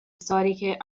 storiche